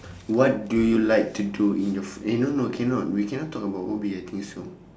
what do you like to do in your fr~ eh no no cannot we cannot talk about hobby I think so